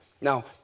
Now